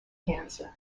cancer